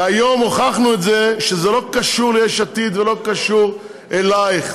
והיום הוכחנו שזה לא קשור ליש עתיד ולא קשור אלייך.